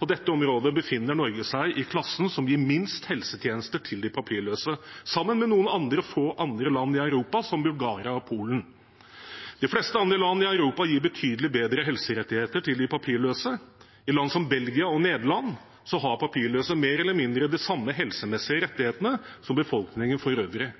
på dette området, helsetjenester til de papirløse, befinner Norge seg i klassen som gir minst – sammen med noen få andre land i Europa, som Bulgaria og Polen. De fleste andre land i Europa gir betydelig bedre helserettigheter til de papirløse. I land som Belgia og Nederland har papirløse mer eller mindre de samme helsemessige rettighetene som befolkningen for øvrig.